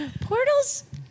Portals